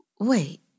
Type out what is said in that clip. Wait